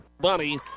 bunny